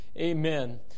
Amen